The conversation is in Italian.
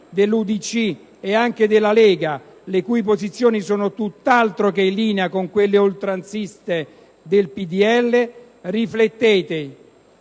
dell'UDC e anche della Lega, le cui posizioni sono tutt'altro che in linea con quelle oltranziste del Popolo